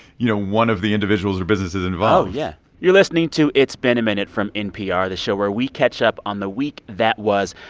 you know, one of the individuals or businesses involved oh, yeah you're listening to it's been a minute from npr, the show where we catch up on the week that was.